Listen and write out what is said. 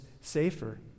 safer